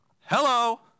Hello